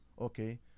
Okay